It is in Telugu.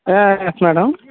ఆ ఎస్ మ్యాడం